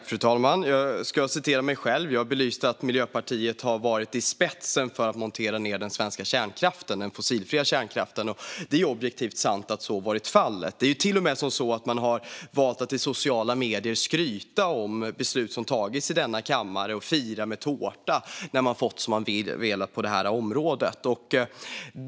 Fru talman! Jag belyste att Miljöpartiet har varit i spetsen för att montera ned den svenska kärnkraften - den fossilfria kärnkraften. Det är ju objektivt sant att så har varit fallet. Det är till och med så att man har valt att i sociala medier skryta om beslut som tagits i denna kammare och att fira med tårta när man har fått som man velat på det här området.